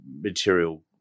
material